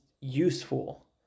useful